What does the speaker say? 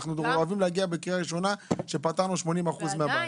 אנחנו אוהבים להגיע בקריאה ראשונה כשפתרנו 80% מהבעיות.